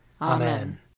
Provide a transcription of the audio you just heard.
Amen